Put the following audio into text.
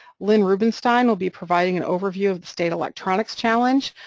lynn rubenstein will be providing an overview of state electronics challenge.